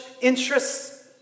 interests